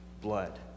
blood